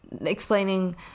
explaining